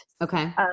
Okay